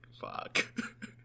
fuck